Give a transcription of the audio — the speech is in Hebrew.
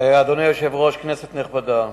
אדוני היושב-ראש, כנסת נכבדה,